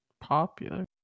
popular